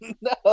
no